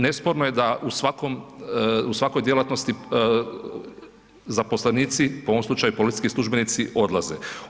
Nesporno je da u svakom, u svakoj djelatnosti zaposlenici u ovom slučaju policijski službenici odlaze.